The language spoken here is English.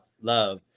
love